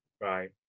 Right